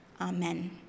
Amen